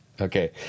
Okay